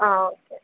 ആ ഓക്കെ